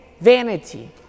vanity